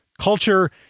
culture